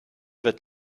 wird